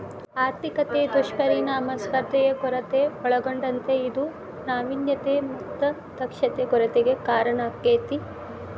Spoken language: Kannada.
ಆರ್ಥಿಕತೆ ದುಷ್ಪರಿಣಾಮ ಸ್ಪರ್ಧೆಯ ಕೊರತೆ ಒಳಗೊಂಡತೇ ಇದು ನಾವಿನ್ಯತೆ ಮತ್ತ ದಕ್ಷತೆ ಕೊರತೆಗೆ ಕಾರಣಾಕ್ಕೆತಿ